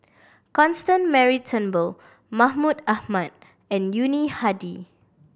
Constance Mary Turnbull Mahmud Ahmad and Yuni Hadi